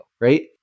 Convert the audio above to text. right